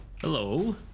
Hello